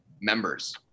members